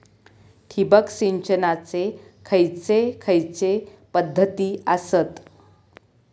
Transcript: ठिबक सिंचनाचे खैयचे खैयचे पध्दती आसत?